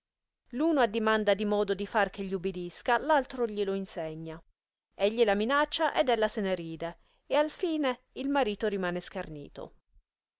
l'uno addimanda il modo di far che gli ubidisca l'altro gli lo insegna egli la minaccia ed ella se ne ride e alfine il marito rimane schernito